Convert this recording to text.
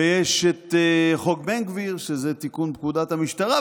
ויש חוק בן גביר שזה תיקון פקודת המשטרה,